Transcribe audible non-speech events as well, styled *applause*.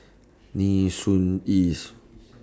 Nee Soon East *noise*